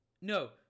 no